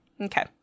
Okay